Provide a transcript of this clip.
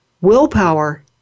Willpower